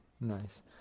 Nice